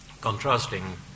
contrasting